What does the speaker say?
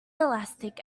elastic